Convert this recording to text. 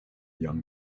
young